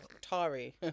Tari